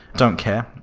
don't care,